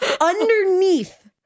underneath